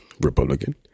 Republican